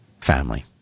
family